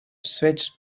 switched